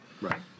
Right